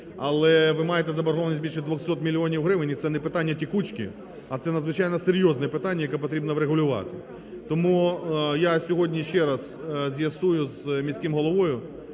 але ви маєте заборгованість більше 200 мільйонів гривень, і це не питання "текучки", а це надзвичайно серйозне питання, яке потрібно врегулювати. Тому я сьогодні ще раз з'ясую з міським головою,